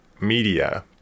Media